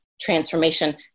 transformation